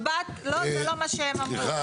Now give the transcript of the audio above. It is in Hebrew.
האמבט, לא, זה לא מה שהם אמרו.